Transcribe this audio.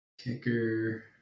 Kicker